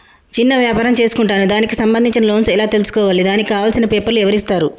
చిన్న వ్యాపారం చేసుకుంటాను దానికి సంబంధించిన లోన్స్ ఎలా తెలుసుకోవాలి దానికి కావాల్సిన పేపర్లు ఎవరిస్తారు?